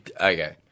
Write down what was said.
Okay